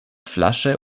flasche